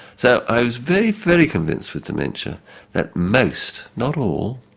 so i was very, very convinced with dementia that most, not all,